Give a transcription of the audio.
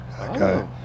okay